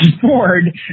Ford